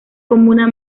comuna